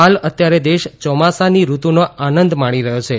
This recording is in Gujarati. હાલ અત્યારે દેશ ચોમાસાની ઋતુનો આનંદ માણી રહ્યો છે